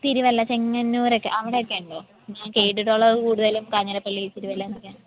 തിരുവല്ല ചെങ്ങന്നൂർ ഒക്കെ അവിടെയൊക്കെ ഉണ്ടോ ഞാൻ കേട്ടിട്ടുള്ളത് കൂടുതലും കാഞ്ഞിരപ്പള്ളി തിരുവല്ല എന്നൊക്കെയാണ്